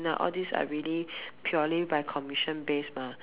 now all this are really purely by commission base mah